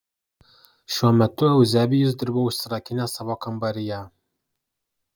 šiuo metu euzebijus dirbo užsirakinęs savo kambaryje